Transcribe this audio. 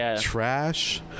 trash